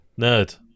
Nerd